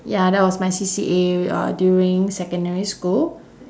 ya that was my C_C_A uh during secondary school